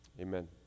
amen